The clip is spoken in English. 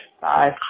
Bye